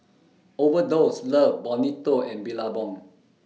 Overdose Love Bonito and Billabong